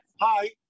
Hi